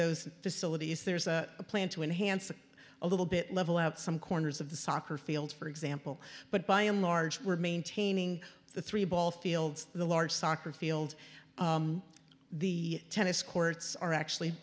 those facilities there's a plan to enhance it a little bit level out some corners of the soccer fields for example but by and large we're maintaining the three ball fields the large soccer field the tennis courts are actually